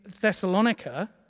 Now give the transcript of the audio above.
Thessalonica